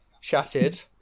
chatted